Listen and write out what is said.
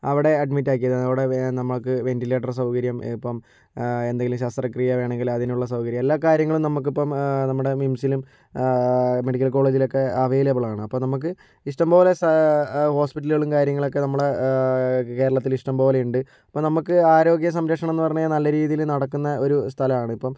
അവിടെ അഡ്മിറ്റാക്കിയത് അവിടെ നമ്മൾക്ക് വെൻറിലേറ്റർ സൗകര്യം ഇപ്പോൾ എന്തെങ്കിലും ശസ്ത്രക്രിയ വേണമെങ്കിൽ അതിനുള്ള സൗകര്യം എല്ലാ കാര്യങ്ങളും നമ്മൾക്ക് ഇപ്പോൾ നമ്മുടെ മിംസിലും മെഡിക്കൽ കോളേജിലൊക്കെ അവൈലബിളാണ് അപ്പോൾ നമ്മൾക്ക് ഇഷ്ടം പോലെ ഹോസ്പിറ്റലുകളും കാര്യങ്ങളൊക്കെ നമ്മളെ കേരളത്തിൽ ഇഷ്ടം പോലെ ഉണ്ട് അപ്പോൾ നമ്മൾക്ക് ആരോഗ്യ സംരക്ഷണം എന്നു പറഞ്ഞ് കഴിഞ്ഞാൽ നല്ല രീതിയിൽ നടക്കുന്ന ഒരു സ്ഥലമാണ് ഇപ്പോൾ